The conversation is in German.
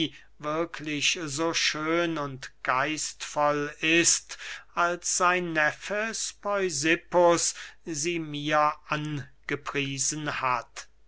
wirklich so schön und geistvoll ist als sein neffe speusippus sie mir angepriesen hat